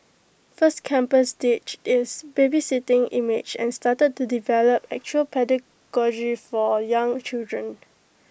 first campus ditched its babysitting image and started to develop actual pedagogy for young children